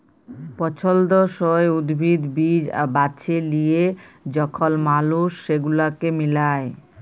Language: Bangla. পছল্দসই উদ্ভিদ, বীজ বাছে লিয়ে যখল মালুস সেগুলাকে মিলায়